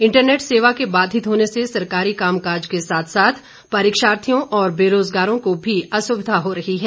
internet सेवा के बाधित होने से सरकारी काम काज के साथ साथ परीक्षार्थियों और बेरोजगारों को भी असुविधा हो रही है